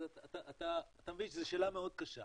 אז אתה מבין שזו שאלה מאוד קשה.